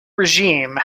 regime